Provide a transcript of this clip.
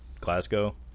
Glasgow